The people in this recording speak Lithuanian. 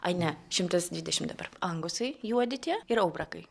ai ne šimtas dvidešimt dabar angusai juodi tie ir aubrakai